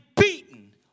beaten